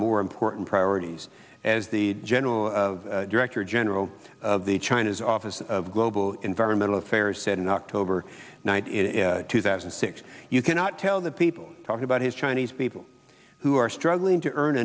more important priorities as the general director general of the china's office of global environmental affairs said in october ninth two thousand and six you cannot tell the people talking about his chinese people who are struggling to earn